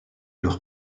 leurs